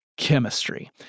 chemistry